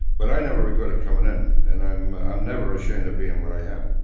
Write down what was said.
but i never regretted coming in and i'm i'm never ashamed of being what i am.